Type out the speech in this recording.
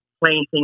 planting